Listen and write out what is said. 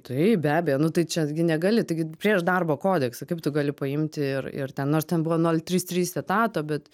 taip be abejo nu tai čia gi negali taigi prieš darbo kodeksą kaip tu gali paimti ir ir ten nors ten buvo nol trys trys etato bet